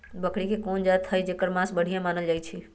बकरी के कोन जात हई जेकर मास बढ़िया मानल जाई छई?